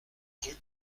rue